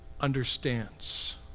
understands